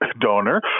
donor